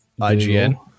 IGN